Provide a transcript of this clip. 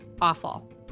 awful